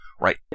Right